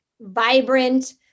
vibrant